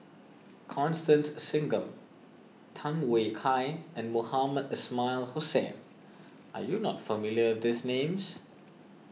Constance Singam Tham Yui Kai and Mohamed Ismail Hussain are you not familiar with these names